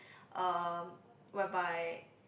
uh whereby